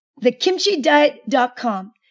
thekimchidiet.com